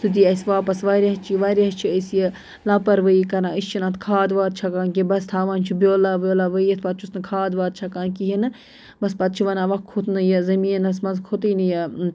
سُہ دیہِ اَسہِ واپَس واریاہ چیز واریاہ چھِ أسۍ یہِ لاپَروٲہی کَران أسۍ چھِنہٕ اَتھ کھاد واد چھَکان کیٚنٛہہ بَس تھاوان چھِ بیٛولا ویٛولا وؤیِتھ پَتہٕ چھُس نہٕ کھاد واد چھَکان کِہیٖنٛۍ نہٕ بَس پَتہٕ چھِ وَنان وۄنۍ کھوٚت نہٕ یہِ زٔمیٖنَس مَنٛز کھوٚتُے نہٕ یہِ